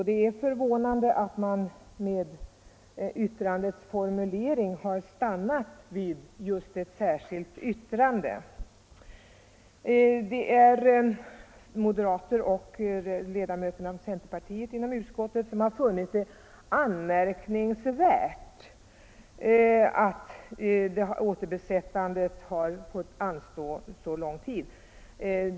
Det är med tanke på formuleringen förvånande att man har stannat vid ett särskilt yttrande. Moderater och ledamöter från centerpartiet inom utskottet har funnit det ”anmärkningsvärt” att återbesättandet har fått anstå så lång tid.